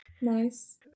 Nice